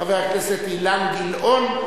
חבר הכנסת אילן גילאון,